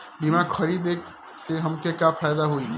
बीमा खरीदे से हमके का फायदा होई?